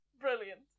Brilliant